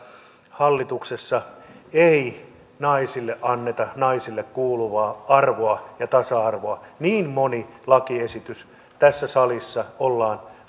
hallituksessa ei naisille anneta naisille kuuluvaa arvoa ja tasa arvoa niin moni lakiesitys tässä salissa ollaan